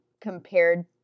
compared